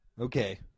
Okay